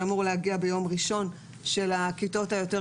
שאמור להגיע ביום ראשון של הכיתות היותר